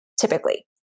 typically